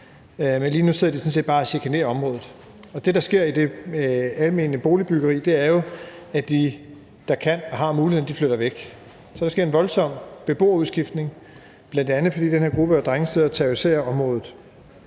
men lige nu sidder de sådan set bare og chikanerer området. Det, der sker i det almene boligbyggeri, er, at dem, der kan og har muligheden, flytter væk. Så der sker en voldsom beboerudskiftning, bl.a. fordi den her gruppe af drenge sidder og terroriserer området.